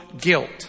guilt